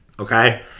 Okay